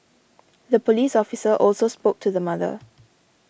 the police officer also spoke to the mother